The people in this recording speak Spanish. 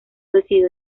decidió